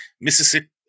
mississippi